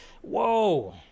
Whoa